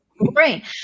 right